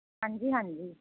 ਹਾਂਜੀ ਹਾਂਜੀ